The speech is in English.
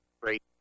great